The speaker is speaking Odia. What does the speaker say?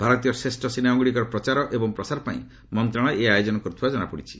ଭାରତୀୟ ଶ୍ରେଷ୍ଠ ସିନେମାଗୁଡ଼ିକର ପ୍ରଚାର ଏବଂ ପ୍ରସାର ପାଇଁ ମନ୍ତ୍ରଣାଳୟ ଏହି ଆୟୋଜନ କରିଥିବା ଜଣାପଡ଼ିଛି